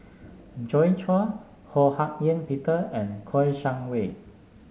Joi Chua Ho Hak Ean Peter and Kouo Shang Wei